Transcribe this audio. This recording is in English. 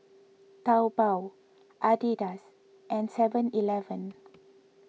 Taobao Adidas and Seven Eleven